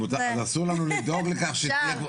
אז אסור לנו לדאוג לכך שתהיה פה,